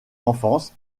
enfance